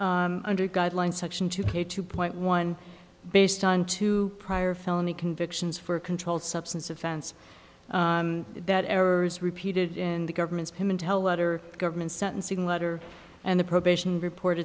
six under guidelines section two k two point one based on two prior felony convictions for a controlled substance offense that errors repeated in the government's pimentel letter government sentencing letter and the probation report